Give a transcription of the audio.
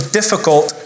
difficult